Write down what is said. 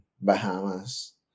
Bahamas